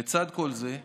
לצד כל זה,